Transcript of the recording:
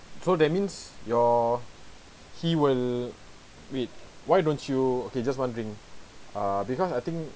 so that means your he will wait why don't you okay just wondering uh because I think